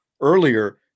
earlier